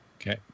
Okay